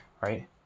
Right